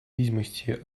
видимости